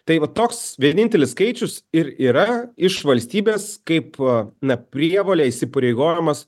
tai va toks vienintelis skaičius ir yra iš valstybės kaip na prievolė įsipareigojimas